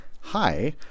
Hi